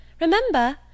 Remember